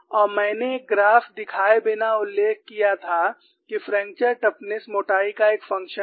और मैंने एक ग्राफ दिखाए बिना उल्लेख किया था कि फ्रैक्चर टफनेस मोटाई का एक फंक्शन है